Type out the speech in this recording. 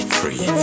free